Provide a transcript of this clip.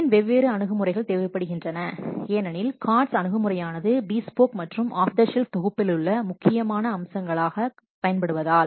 ஏன் வெவ்வேறு அணுகுமுறைகள் தேவைப்படுகின்றன ஏனெனில் COTS அணுகுமுறையானது பீஸ்போக் மற்றும் ஆப்த ஷெல்ஃப் தொகுப்பிலுள்ள முக்கியமான அம்சங்களை பயன்படுத்துவதால்